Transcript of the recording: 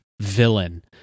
villain